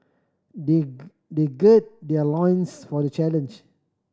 they they gird their loins for the challenge